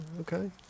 Okay